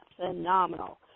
phenomenal